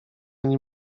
nim